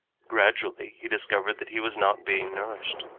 gradually he discovered that he was not being nourished.